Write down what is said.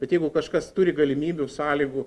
bet jeigu kažkas turi galimybių sąlygų